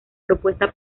propuesta